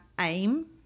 aim